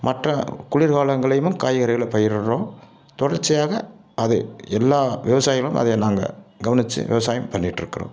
மற்ற குளிர் காலங்கள்லேயும் காய்கறிகளை பயிரிடுறோம் தொடர்ச்சியாக அது எல்லா விவசாயிகளும் அதை நாங்கள் கவனிச்சி விவசாயம் பண்ணிகிட்ருக்குறோம்